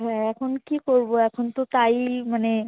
হ্যাঁ এখন কী করবো এখন তো তাই মানে